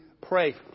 pray